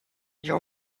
you